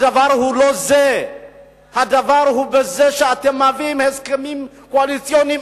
הדבר הוא בזה שאתם מביאים הסכמים קואליציוניים